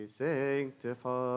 Sanctify